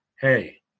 hey